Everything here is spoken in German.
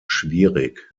schwierig